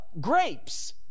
grapes